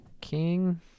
king